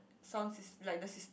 sound sys~ like the sys~